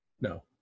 No